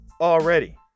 already